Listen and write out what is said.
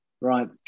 Right